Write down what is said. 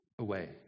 away